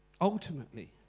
Ultimately